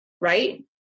right